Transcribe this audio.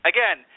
Again